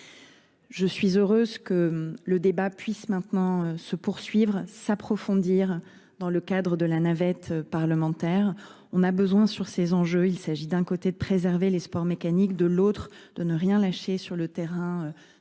Je suis heureuse que le débat puisse maintenant se poursuivre, s'approfondir dans le cadre de la navette parlementaire. On a besoin sur ces enjeux, il s'agit d'un côté de préserver les sports mécaniques, de l'autre de ne rien lâcher sur le terrain